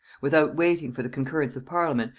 without waiting for the concurrence of parliament,